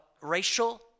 Racial